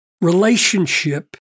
relationship